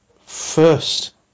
first